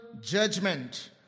judgment